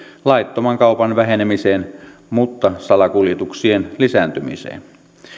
laittoman kaupan vähenemiseen mutta salakuljetuksen lisääntymiseen